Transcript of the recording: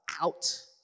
out